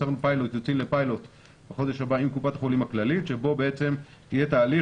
עוד נקודה שחשוב לומר זה שבדרך כלל